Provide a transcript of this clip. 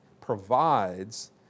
provides